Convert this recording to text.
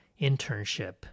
internship